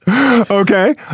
Okay